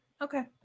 Okay